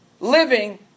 living